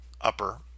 upper